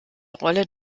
rolle